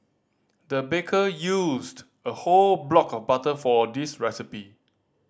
the baker used a whole block of butter for this recipe